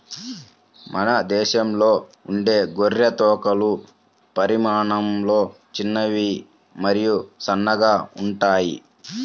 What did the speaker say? మన దేశంలో ఉండే గొర్రె తోకలు పరిమాణంలో చిన్నవి మరియు సన్నగా ఉంటాయి